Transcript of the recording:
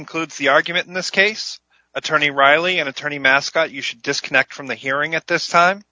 concludes the argument in this case attorney reilly and attorney mascot you should disconnect from the hearing at this time